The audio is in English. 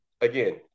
again